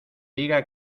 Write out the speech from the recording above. diga